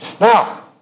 Now